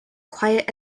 quiet